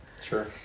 Sure